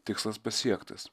tikslas pasiektas